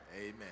amen